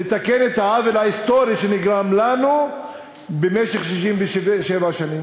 לתקן את העוול ההיסטורי שנגרם לנו במשך 67 שנים.